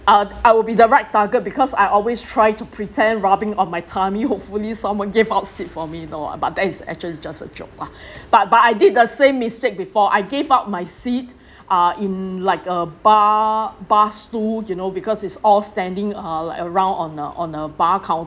uh I will be the right target because I always try to pretend rubbing on my tummy hopefully someone give out sit for me though but that is actually just a joke lah but but I did the same mistake before I gave up my seat uh in like a bar bar stools you know because it's all standing uh like around on a on a bar counter